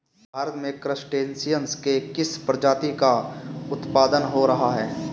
भारत में क्रस्टेशियंस के किस प्रजाति का उत्पादन हो रहा है?